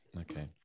okay